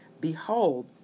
Behold